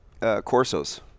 Corsos